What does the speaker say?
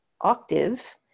octave